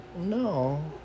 no